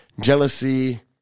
jealousy